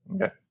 Okay